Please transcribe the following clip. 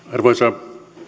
arvoisa